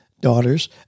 daughters